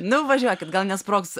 nu važiuokit gal nesprogs